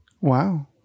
Wow